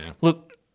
Look